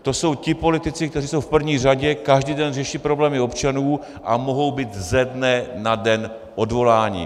To jsou ti politici, kteří jsou v první řadě, každý den řeší problémy občanů a mohou být ze dne na den odvoláni.